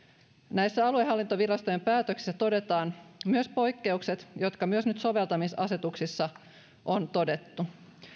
näissä aluehallintovirastojen päätöksissä todetaan myös poikkeukset jotka myös nyt soveltamisasetuksissa on todettu